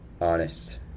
honest